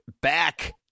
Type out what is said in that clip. back